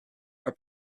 our